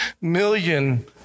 million